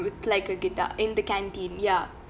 with like a guitar in the canteen ya